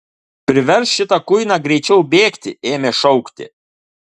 priversk šitą kuiną greičiau bėgti ėmė šaukti